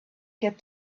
get